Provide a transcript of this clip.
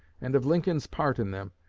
and of lincoln's part in them,